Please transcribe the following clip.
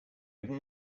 even